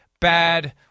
bad